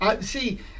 see